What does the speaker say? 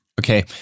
Okay